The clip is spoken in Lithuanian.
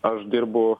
aš dirbu